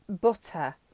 butter